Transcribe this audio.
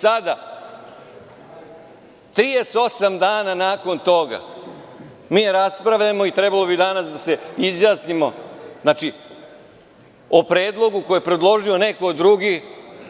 Sada, 38 dana nakon toga, mi raspravljamo i trebalo bi danas da se izjasnimo o predlogu koji je predložio neko drugi,